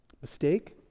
mistake